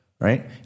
right